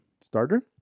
Starter